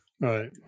Right